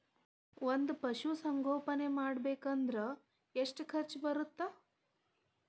ಒಂದ್ ಪಶುಸಂಗೋಪನೆ ಮಾಡ್ಬೇಕ್ ಅಂದ್ರ ಎಷ್ಟ ಖರ್ಚ್ ಬರತ್ತ?